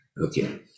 Okay